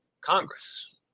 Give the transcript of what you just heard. Congress